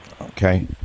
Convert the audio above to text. Okay